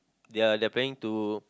ya they are planning to